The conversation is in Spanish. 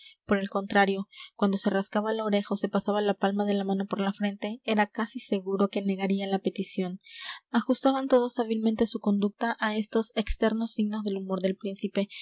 por el contrario cuando se rascaba la oreja o se pasaba la palma de la mano por la frente era casi seguro que negaría la petición ajustaban todos hábilmente su conducta a estos externos signos del humor del príncipe